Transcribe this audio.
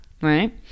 right